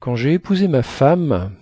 quand jai épousé ma femme